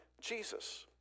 Jesus